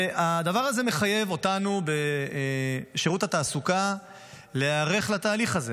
הדבר הזה מחייב אותנו בשירות התעסוקה להיערך לתהליך הזה.